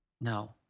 No